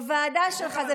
תתייחסי לפורים.